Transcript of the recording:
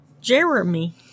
Jeremy